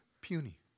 puny